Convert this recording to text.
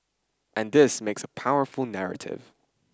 and this makes a powerful narrative